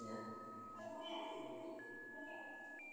माइआ